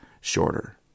shorter